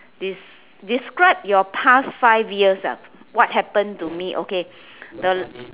des~ describe your past five years ah what happened to me okay the